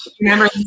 remember